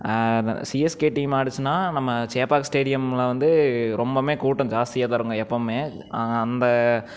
CSK team ஆடுச்சுன்னா நம்ம சேப்பாக்கம் ஸ்டேடியமில் வந்து ரொம்பமே கூட்டம் ஜாஸ்தியாக தான் இருக்கும்ங்க எப்பவுமே அந்த